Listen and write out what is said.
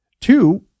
Two